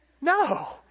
No